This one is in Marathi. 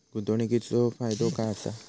गुंतवणीचो फायदो काय असा?